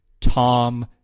Tom